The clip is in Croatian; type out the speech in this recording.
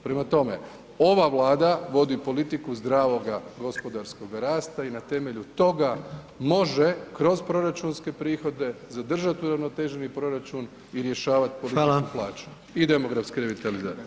Prema tome, ova Vlada vodi politiku zdravoga gospodarskoga rasta i na temelju toga može kroz proračunske prihode zadržati uravnoteženi proračun i rješavat politiku plaća [[Upadica: Hvala.]] i demografske revitalizacije.